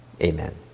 Amen